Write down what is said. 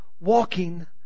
walking